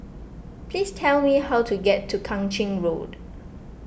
please tell me how to get to Kang Ching Road